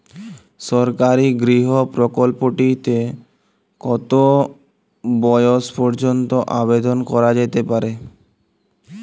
সরকারি গৃহ প্রকল্পটি তে কত বয়স পর্যন্ত আবেদন করা যেতে পারে?